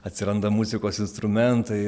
atsiranda muzikos instrumentai